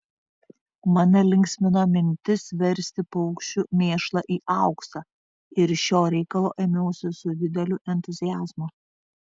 mane linksmino mintis versti paukščių mėšlą į auksą ir šio reikalo ėmiausi su dideliu entuziazmu